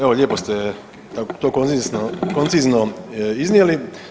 Evo lijepo ste to koncizno iznijeli.